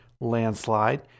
landslide